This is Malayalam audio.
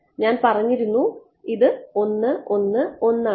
ഞാൻ പറഞ്ഞിരുന്നു ഇത് ആണെന്ന്